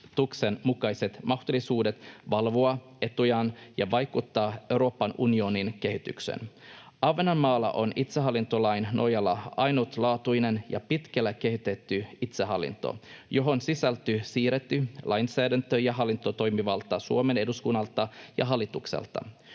mahdollisuudet valvoa etujaan ja vaikuttaa Euroopan unionin kehitykseen. Ahvenanmaalla on itsehallintolain nojalla ainutlaatuinen ja pitkälle kehitetty itsehallinto, johon sisältyy siirretty lainsäädäntö- ja hallintotoimivalta Suomen eduskunnalta ja hallitukselta.